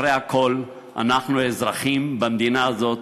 אחרי הכול אנחנו אזרחים במדינה הזאת,